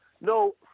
no